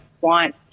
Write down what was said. want